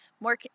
more